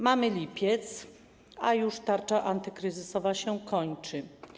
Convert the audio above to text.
Mamy lipiec, a już tarcza antykryzysowa się kończy.